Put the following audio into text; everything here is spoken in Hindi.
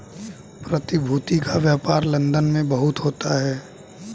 प्रतिभूति का व्यापार लन्दन में बहुत होता है